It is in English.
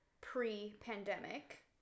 pre-pandemic